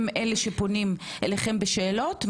הם שפונים אליכם בשאלות?